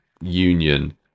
union